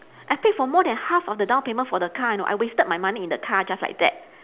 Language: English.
I paid for more than half of the downpayment for the car you know I wasted my money in the car just like that